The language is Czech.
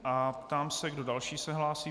Ptám se, kdo další se hlásí.